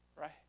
right